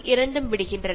സൂര്യതാപം കാരണം